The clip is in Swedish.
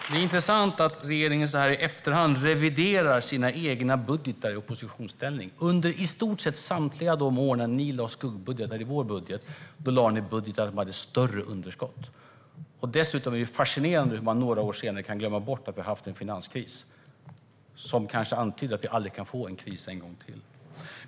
Herr talman! Det är intressant att regeringen i efterhand reviderar sina egna budgetar i oppositionsställning. Under i stort sett samtliga år när ni lade skuggbudgetar till vår budget hade ni större underskott. Dessutom är det fascinerande hur man några år senare kan glömma bort att vi har haft en finanskris, kanske antyda att vi aldrig mer kan få en kris.